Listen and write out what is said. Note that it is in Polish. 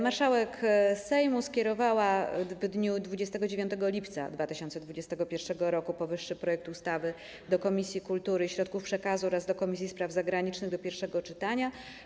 Marszałek Sejmu skierowała w dniu 29 lipca 2021 r. powyższy projekt ustawy do Komisji Kultury i Środków Przekazu oraz do Komisji Spraw Zagranicznych do pierwszego czytania.